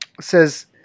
says